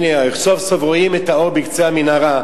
הנה סוף-סוף רואים את האור בקצה המנהרה.